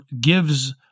gives